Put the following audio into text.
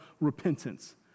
repentance